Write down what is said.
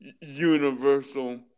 universal